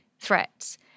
threats